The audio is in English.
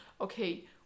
Okay